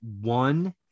one